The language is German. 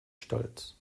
stolz